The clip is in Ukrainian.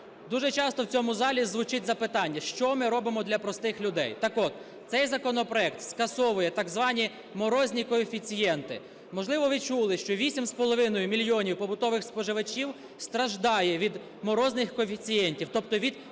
Дуже часто в цьому залі звучить запитання, що ми робимо для простих людей. Так от, цей законопроект скасовує так звані "морозні коефіцієнти". Можливо, ви чули, що 8,5 мільйонів побутових споживачів страждає від "морозних коефіцієнтів", тобто від переплат